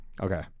Okay